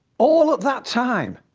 all at that time.